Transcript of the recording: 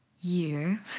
year